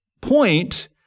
point